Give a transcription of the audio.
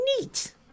neat